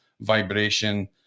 vibration